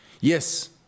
Yes